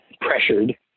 pressured